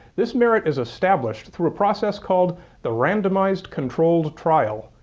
this merit is established through process called the randomized controlled trial,